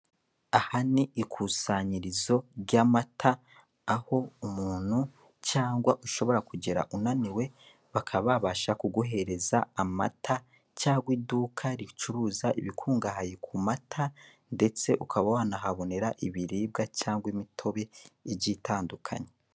Aha ni ikusanyirizo ry'amata, aho umuntu cyangwa ushobora kugera unaniwe bakaba babasha kuguhereza amata cyangwa iduka ricuruza ibikungahaye ku mata ndetse ukaba wanahabonera ibiribwa cyangwa imitobe igiye itandukanye.